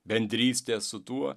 bendrystės su tuo